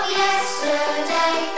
yesterday